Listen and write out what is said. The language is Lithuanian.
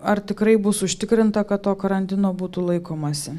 ar tikrai bus užtikrinta kad to karantino būtų laikomasi